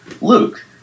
Luke